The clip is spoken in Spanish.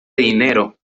dinero